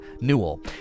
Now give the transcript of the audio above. Newell